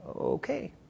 Okay